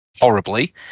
horribly